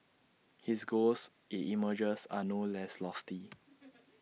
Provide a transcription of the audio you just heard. his goals IT emerges are no less lofty